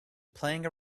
playing